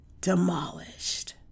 demolished